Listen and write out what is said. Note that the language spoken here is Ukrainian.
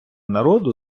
народу